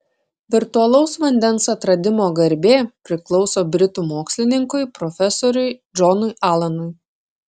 virtualaus vandens atradimo garbė priklauso britų mokslininkui profesoriui džonui alanui